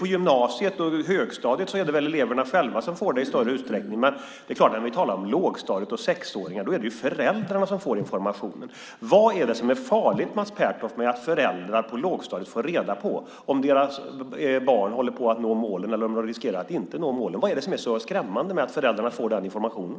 På gymnasiet och högstadiet är det väl eleverna själva som i större utsträckning får informationen, men när vi talar om lågstadiet och sexåringar är det föräldrarna som får informationen. Vad är det som är farligt, Mats Pertoft, med att föräldrar på lågstadiet får reda på om deras barn håller på att nå målen eller riskerar att inte nå målen? Vad är det som är så skrämmande med att föräldrarna får den informationen?